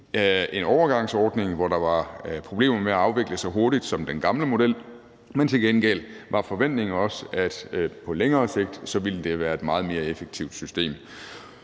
en overgangsordning, hvor der var problemer med at afvikle så hurtigt som i den gamle model, men til gengæld var forventningen også, at det på længere sigt ville være et meget mere effektivt system.